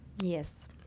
Yes